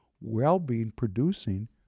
well-being-producing